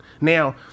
Now